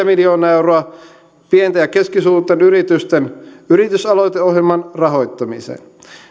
miljoonaa euroa pienten ja keskisuurten yritysten yritysaloiteohjelman rahoittamiseen